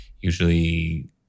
usually